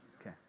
Okay